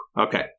Okay